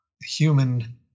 human